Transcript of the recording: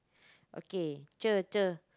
okay cher cher